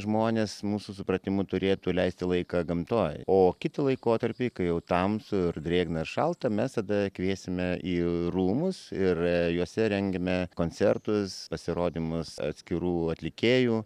žmonės mūsų supratimu turėtų leisti laiką gamtoj o kitą laikotarpį kai jau tamsu ir drėgna ir šalta mes tada kviesime į rūmus ir juose rengiame koncertus pasirodymus atskirų atlikėjų